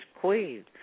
queen